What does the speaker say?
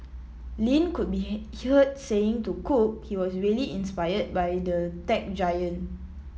Lin could be heard saying to Cook he was really inspired by the tech giant